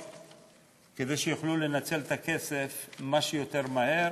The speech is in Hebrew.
כדי שיוכלו לנצל את הכסף מה שיותר מהר.